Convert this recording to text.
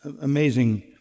amazing